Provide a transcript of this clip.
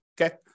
Okay